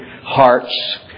hearts